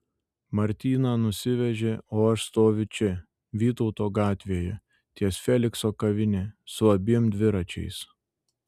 martyną nusivežė o aš stoviu čia vytauto gatvėje ties felikso kavine su abiem dviračiais